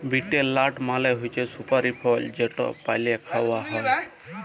betel nut মালে হছে সুপারি ফল যেট পালে খাউয়া হ্যয়